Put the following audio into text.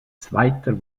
zweiter